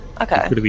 Okay